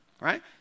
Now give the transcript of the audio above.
right